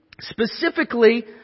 specifically